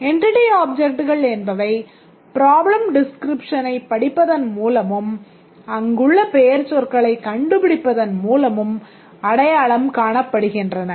Entity Objectகள் என்பவை problem டிஸ்க்ரிப்ஷனைப் படிப்பதன் மூலமும் அங்குள்ள பெயர்ச்சொற்களை கண்டுபிடிப்பதன் மூலமும் அடையாளம் காணப்படுகின்றன